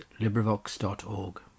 LibriVox.org